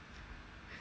mm mm mm